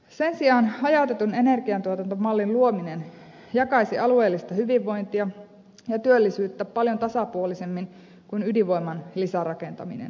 sen sijaan hajautetun energiatuotantomallin luominen jakaisi alueellista hyvinvointia ja työllisyyttä paljon tasapuolisemmin kuin ydinvoiman lisärakentaminen